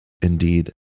Indeed